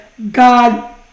God